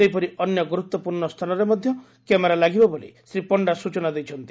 ସେହିପରି ଅନ୍ୟ ଗୁରୁତ୍ୱପୂର୍ଣ୍ ସ୍ଥାନରେ ମଧ କ୍ୟାମେରା ଲାଗିବ ବୋଲି ଶ୍ରୀ ପଶ୍ରା ସୂଚନା ଦେଇଛନ୍ତି